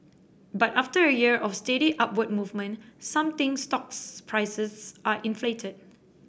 but after a year of steady upward movement some think stocks prices are inflated